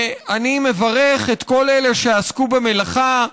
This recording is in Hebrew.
אני מברך את כל אלה שעסקו במלאכה,